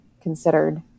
considered